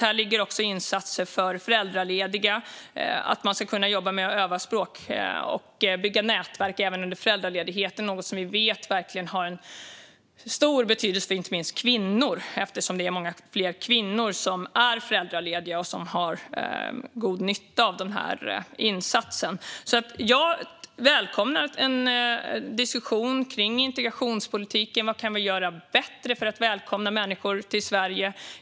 Här ligger också insatser för föräldralediga, alltså att man ska kunna öva sig på språket och bygga nätverk även under föräldraledigheten. Det är något vi vet verkligen har stor betydelse för inte minst kvinnor. Det är ju många fler kvinnor som är föräldralediga, och de har god nytta av den här insatsen. Jag välkomnar en diskussion kring integrationspolitiken. Vad kan vi göra bättre för att välkomna människor till Sverige?